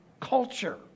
culture